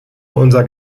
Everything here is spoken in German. unser